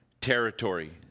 territory